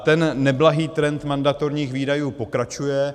Ten neblahý trend mandatorních výdajů pokračuje.